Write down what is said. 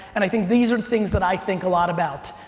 and i think these are things that i think a lot about.